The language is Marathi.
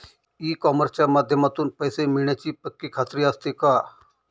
ई कॉमर्सच्या माध्यमातून पैसे मिळण्याची पक्की खात्री असते का?